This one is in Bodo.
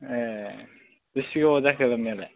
ए बिसि गोबाव जाखो लोमनायालाय